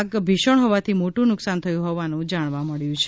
આગ ભીષણ હોવાથી મોટું નુકસાન થયું હોવાનું જાણવા મળ્યું છે